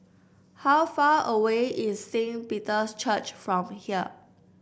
how far away is Saint Peter's Church from here